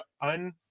un